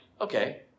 okay